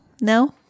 No